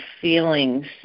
feelings